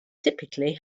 typically